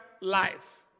life